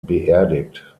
beerdigt